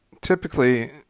typically